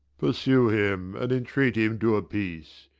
pursue him, and entreat him to a peace.